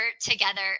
together